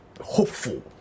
hopeful